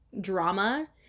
drama